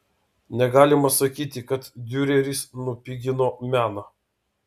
negalima sakyti kad diureris nupigino meną